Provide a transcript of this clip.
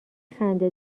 خنده